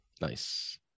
Nice